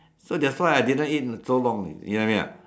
so that's why I didn't eat in so long you know what I mean or not